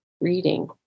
reading